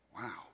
Wow